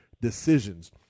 decisions